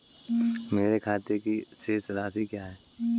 मेरे खाते की शेष राशि क्या है?